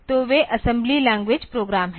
तो वे assembly language program हैं